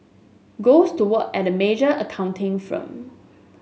goes to work at a major accounting firm